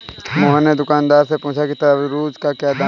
मोहन ने दुकानदार से पूछा कि तरबूज़ का क्या दाम है?